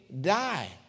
die